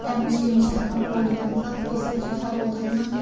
تمٕچ کٔمی چھِ ہیٚکان پوٗرٕ تمہِ ساتہٕ گٔژھِتھ سُہِ تہِ ہیٚکو تتھ منٛز